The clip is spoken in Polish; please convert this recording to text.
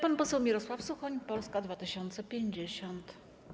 Pan poseł Mirosław Suchoń, Polska 2050.